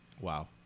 Wow